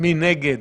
מי נגד?